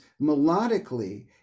melodically